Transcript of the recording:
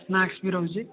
snacks ବି ରହୁଛି